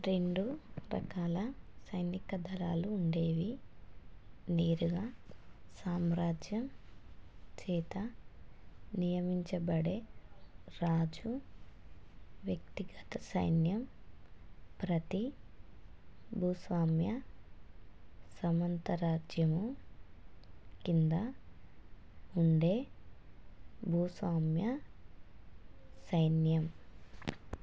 రెండు రకాల సైనిక దళాలు ఉండేవి నేరుగా సామ్రాజ్యం చేత నియమించబడే రాజు వ్యక్తిగత సైన్యం ప్రతి భూస్వామ్య సామంతరాజ్యము కింద ఉండే భూస్వామ్య సైన్యం